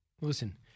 Listen